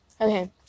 Okay